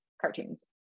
cartoons